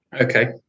Okay